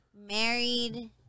married